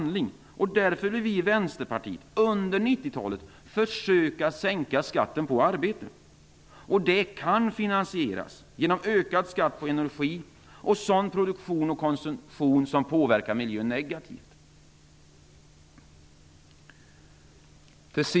Därför vill vi i Vänsterpartiet under 90-talet försöka sänka skatten på arbete. Det kan finansieras genom ökad skatt på energi och sådan produktion och konsumtion som påverkar miljön negativt.